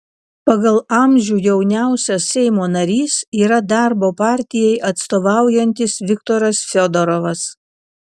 pagal amžių jauniausias seimo narys yra darbo partijai atstovaujantis viktoras fiodorovas